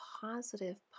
positive